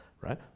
right